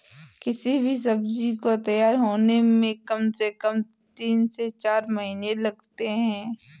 किसी भी सब्जी को तैयार होने में कम से कम तीन से चार महीने लगते हैं